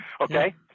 okay